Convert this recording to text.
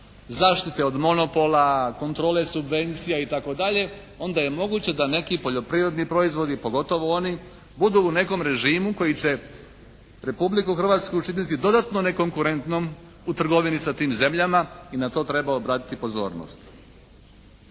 zaštite od monopola, kontrole subvencija itd. onda je moguće da neki poljoprivredni proizvodi pogotovo oni budu u nekom režimu koji će Republiku Hrvatsku učiniti dodatno nekonkurentnom u trgovini sa tim zemljama i na to treba obratiti pozornost.